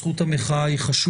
זכות המחאה היא חשובה.